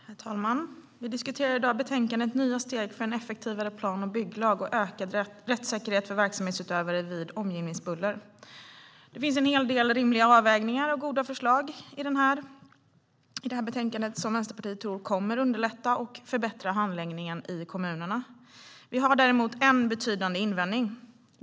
Herr talman! Vi diskuterar i dag betänkandet Nya steg för en effektivare plan och bygglag och ökad rättssäkerhet för verksamhetsutövare vid omgivningsbuller . I det finns en hel del rimliga avvägningar och goda förslag som Vänsterpartiet tror kommer att underlätta och förbättra handläggningen i kommunerna. Vi har dock en betydande invändning.